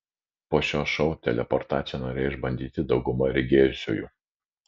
po šio šou teleportaciją norėjo išbandyti dauguma regėjusiųjų